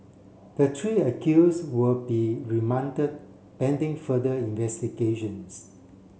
the three accuse will be remanded pending further investigations